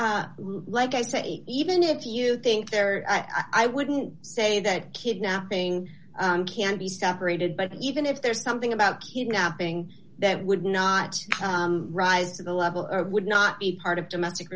like i say even if you think i wouldn't say that kidnapping can be separated by the even if there's something about kidnapping that would not rise to the level or would not be part of domestic